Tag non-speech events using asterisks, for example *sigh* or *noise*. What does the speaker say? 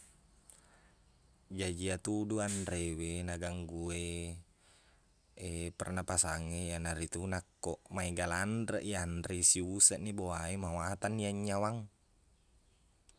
Iye-iyetu duanrewe naganggu e *hesitation* pernapasangnge, iyanaritu nakko maega lanreq yanri, siuseqni boa e, mawatangni annyawang.